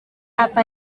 apa